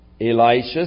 Elisha